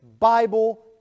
Bible